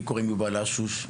קוראים לי יובל אשוש,